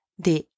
Des